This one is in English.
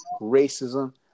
racism